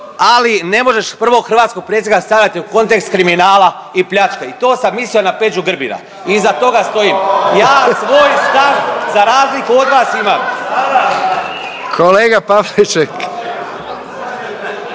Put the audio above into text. ali ne možeš prvog hrvatskog predsjednika stavljati u kontekst kriminala i pljačke i to sam mislio na Peđu Grbina i iza toga stojim. Ja svoj stav za razliku od vas imam. **Jandroković,